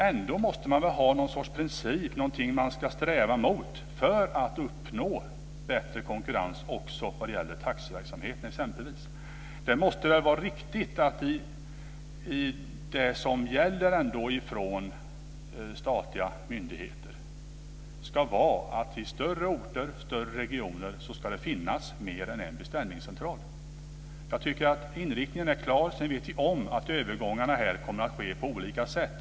Ändå måste man ha någon princip, någonting att sträva mot, för att uppnå bättre konkurrens också vad gäller taxiverksamhet. Det måste vara riktigt med det som gäller från statliga myndigheter, nämligen att i större orter och regioner ska det finnas mer än en beställningscentral. Inriktningen är klar. Sedan vet vi om att övergångarna kommer att ske på olika sätt.